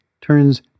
turns